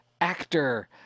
actor